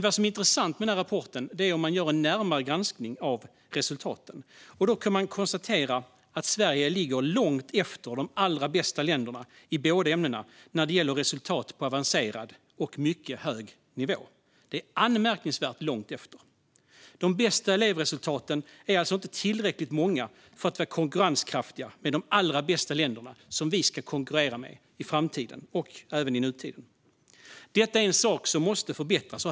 Vad som är intressant med rapporten är att när man gör en närmare granskning av resultaten kan man konstatera att Sverige ligger anmärkningsvärt långt efter de allra bästa länderna i båda ämnena när det gäller resultat på avancerad och mycket hög nivå. De bästa elevresultaten är alltså inte tillräckligt många för att vara konkurrenskraftiga med de allra bästa länderna som vi ska konkurrera med i framtiden och även i nutid. Detta är en sak som måste förbättras.